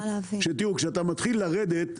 כשאתה מתחיל לרדת,